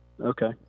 Okay